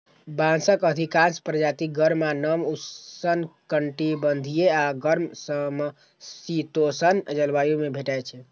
बांसक अधिकांश प्रजाति गर्म आ नम उष्णकटिबंधीय आ गर्म समशीतोष्ण जलवायु मे भेटै छै